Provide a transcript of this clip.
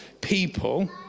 people